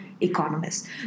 economists